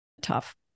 tough